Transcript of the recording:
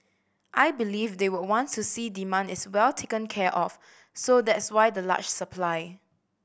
I believe they would want to see demand is well taken care of so that's why the large supply